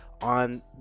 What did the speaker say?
on